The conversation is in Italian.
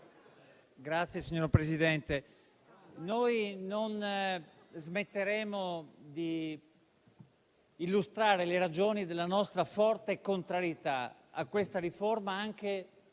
Signor Presidente, noi non smetteremo di illustrare le ragioni della nostra forte contrarietà a questa riforma anche